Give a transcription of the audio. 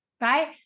right